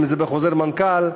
אם בחוזר מנכ"ל,